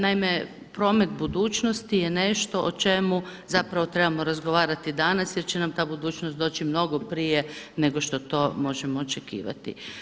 Naime, promet budućnosti je nešto o čemu zapravo trebamo razgovarati danas jer će nam ta budućnost doći mnogo prije nego što to možemo očekivati.